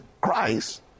Christ